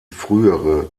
frühere